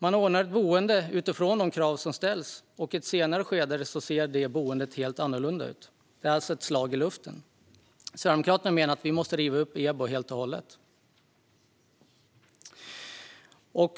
Man ordnar ett boende utifrån de krav som ställs, och i ett senare skede ser det boendet helt annorlunda ut. Det är alltså ett slag i luften. Sverigedemokraterna menar att EBO-lagstiftningen måste rivas upp helt och hållet.